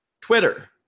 Twitter